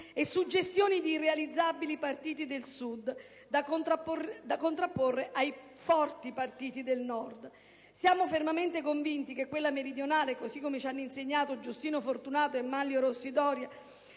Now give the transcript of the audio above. e suggestioni di irrealizzabili partiti del Sud da contrapporre ai forti partiti del Nord. Siamo fermamente convinti che quella meridionale, così come ci hanno insegnato Giustino Fortunato e Manlio Rossi Doria,